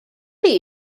chi